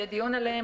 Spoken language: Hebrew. יהיה דיון עליהם.